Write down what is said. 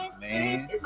man